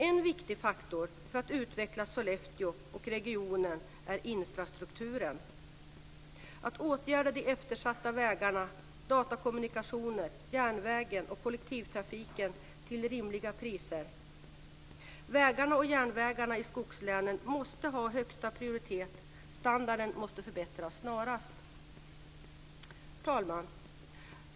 En viktig faktor för att utveckla Sollefteå och regionen är infrastrukturen - att åtgärda de eftersatta vägarna, datakommunikationer, järnvägen och kollektivtrafiken till rimliga priser. Vägarna och järnvägarna i skogslänen måste ha högsta prioritet. Standarden måste förbättras snarast. Fru talman!